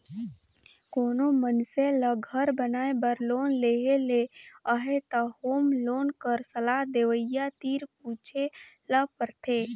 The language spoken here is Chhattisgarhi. कोनो मइनसे ल घर बनाए बर लोन लेहे ले अहे त होम लोन कर सलाह देवइया तीर पूछे ल परथे